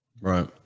Right